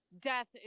death